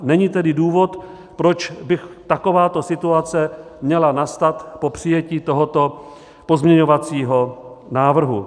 Není tedy důvod, proč by takováto situace měla nastat po přijetí tohoto pozměňovacího návrhu.